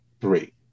Three